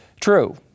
true